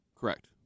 Correct